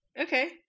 Okay